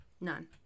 None